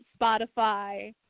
spotify